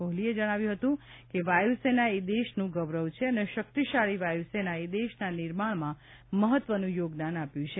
કોહલીએ જણાવ્યું હતું કે વાયુસેના એ દેશનું ગૌરવ છે અને શક્તિશાળી વાયુસેનાએ દેશનાં નિર્માણમાં મહત્વનું યોગદાન આપ્યું છે